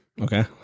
Okay